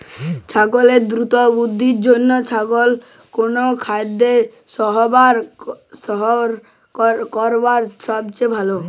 ছাগলের দ্রুত বৃদ্ধির জন্য ছাগলকে কোন কোন খাদ্য সরবরাহ করা সবচেয়ে ভালো?